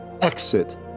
exit